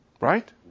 Right